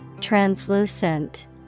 Translucent